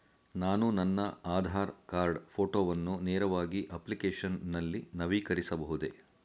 ನಾನು ನನ್ನ ಆಧಾರ್ ಕಾರ್ಡ್ ಫೋಟೋವನ್ನು ನೇರವಾಗಿ ಅಪ್ಲಿಕೇಶನ್ ನಲ್ಲಿ ನವೀಕರಿಸಬಹುದೇ?